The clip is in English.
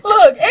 Look